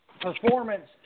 performance